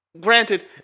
granted